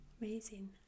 Amazing